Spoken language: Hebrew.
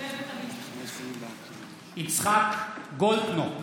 מתחייבת אני יצחק גולדקנופ,